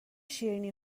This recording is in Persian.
شیرینی